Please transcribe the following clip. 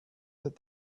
that